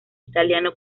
italiano